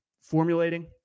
formulating